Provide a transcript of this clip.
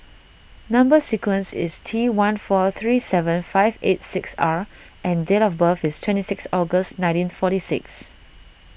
Number Sequence is T one four three seven five eight six R and date of birth is twenty six August nineteen forty six